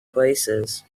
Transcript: places